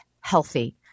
healthy